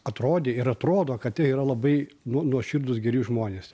atrodė ir atrodo kad tai yra labai nu nuoširdūs geri žmonės